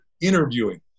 interviewing